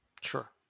sure